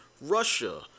Russia